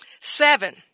Seven